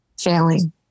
failing